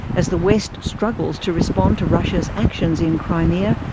as the west struggles to respond to russia's actions in crimea,